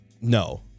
No